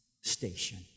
station